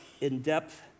in-depth